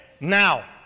Now